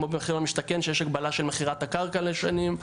כמו במחיר למשתכן שיש הגבלה של מכירת הקרקע לשנים.